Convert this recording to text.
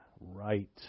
right